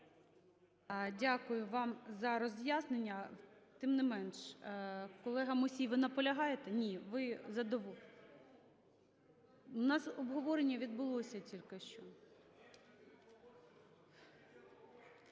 Дякую вам за роз'яснення. Тим не менше… колега Мусій, ви наполягаєте? Ні. Ви… (Шум у залі) У нас обговорення відбулося тільки що.